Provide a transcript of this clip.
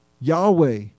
Yahweh